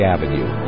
Avenue